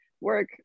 work